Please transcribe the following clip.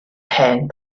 hen